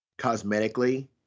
cosmetically